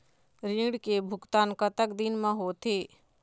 ऋण के भुगतान कतक दिन म होथे?